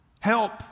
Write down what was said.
help